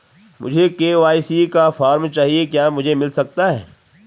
मुझे के.वाई.सी का फॉर्म चाहिए क्या मुझे मिल सकता है?